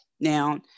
now